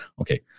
Okay